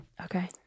Okay